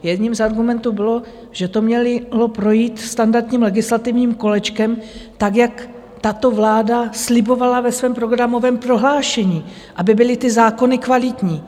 Jedním z argumentů bylo, že to mělo projít standardním legislativním kolečkem, tak jak tato vláda slibovala ve svém programovém prohlášení, aby byly ty zákony kvalitní.